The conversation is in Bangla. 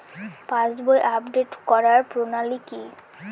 পাসবই আপডেট করার প্রণালী কি?